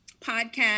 podcast